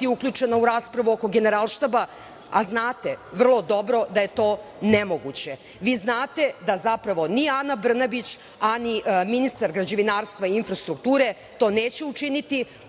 i uključena oko rasprave Generalštaba, a znate vrlo dobro da je to nemoguće. Vi znate da zapravo nije Ana Brnabić, ministar građevinarstva i infrastrukture i to neće učiniti,